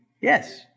Yes